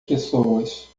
pessoas